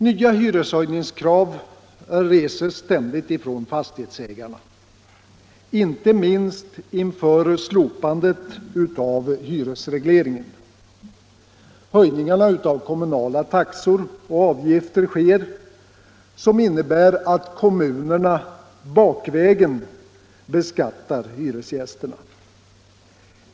Nya hyreshöjningskrav reses ständigt från fastighetsägarna, inte minst inför slopandet av hyresregleringen. Höjningar av kommunala taxor och avgifter sker, som innebär att kommuner bakvägen beskattar hyresgästerna.